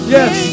Yes